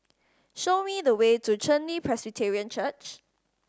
show me the way to Chen Li Presbyterian Church